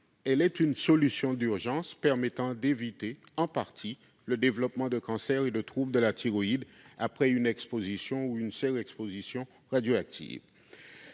elle est une solution d'urgence permettant d'empêcher en partie le développement de cancers et de troubles de la thyroïde après une exposition radioactive.